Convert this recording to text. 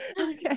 okay